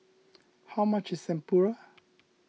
how much is Tempura